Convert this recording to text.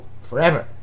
forever